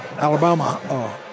Alabama